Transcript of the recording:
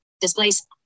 Displays